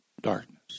darkness